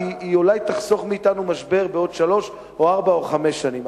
כי היא אולי תחסוך מאתנו משבר בעוד שלוש או ארבע או חמש שנים.